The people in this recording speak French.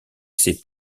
ses